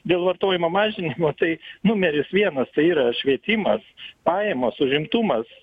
dėl vartojimo mažinimo tai numeris vienas tai yra švietimas pajamos užimtumas